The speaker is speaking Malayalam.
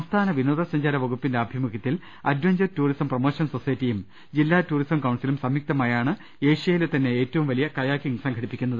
സംസ്ഥാന വിനോദ സഞ്ചാര വകുപ്പിന്റെ ആഭിമുഖ്യത്തിൽ അഡ്ചഞ്ചർ ടൂറിസം പ്രൊമോഷൻ സൊസൈറ്റിയും ജില്ലാ ടൂറിസം കൌൺസിലും സംയുക്തമായാണ് ഏഷ്യയിലേ തന്നെ ഏറ്റവും വലിയ കയാക്കിങ്ങ് സംഘടിപ്പിക്കുന്നത്